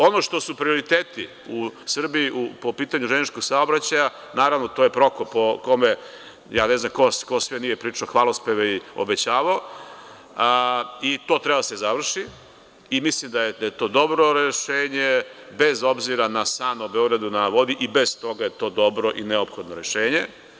Ono što su prioriteti u Srbiji po pitanju železničkog saobraćaja, naravno to je „Prokop“ o kome ne znam ko sve nije pričao hvalospeve i obećavao i to treba da se završi i mislim da je to dobro rešenje bez obzira na san o „Beogradu na vodi“, i bez toga je to dobro i neophodno rešenje.